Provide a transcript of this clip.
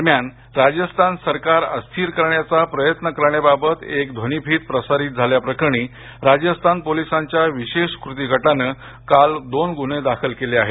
दरम्यान राजस्थान सरकार अस्थिर करण्याचा प्रयत्न करण्याबाबत एक ध्वनिफीत प्रसारित झाल्या प्रकरणी राजस्थान पोलिसांच्या विशेष कृती गटाने काल दोन गुन्हे दाखल केले आहेत